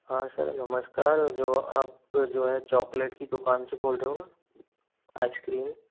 हाँ सर नमस्कार जो आप जो है चॉकलेट की दुकान से बोल रहे हो ना आइसक्रीम